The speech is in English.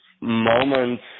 moments